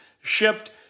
shipped